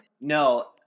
No